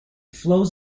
flows